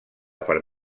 per